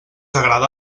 agrada